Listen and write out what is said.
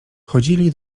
chodzili